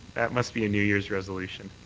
that must be a new year's resolution.